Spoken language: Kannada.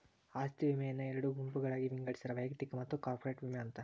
ಆಸ್ತಿ ವಿಮೆಯನ್ನ ಎರಡು ಗುಂಪುಗಳಾಗಿ ವಿಂಗಡಿಸ್ಯಾರ ವೈಯಕ್ತಿಕ ಮತ್ತ ಕಾರ್ಪೊರೇಟ್ ವಿಮೆ ಅಂತ